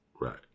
Right